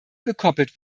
gekoppelt